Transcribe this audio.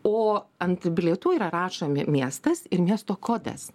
o ant bilietų yra rašomi miestas ir miesto kodas